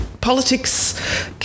politics